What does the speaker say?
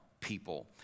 people